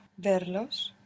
verlos